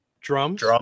Drums